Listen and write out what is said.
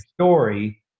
story